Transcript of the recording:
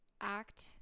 act